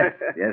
yes